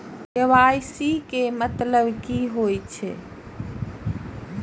KYC के मतलब कि होई छै?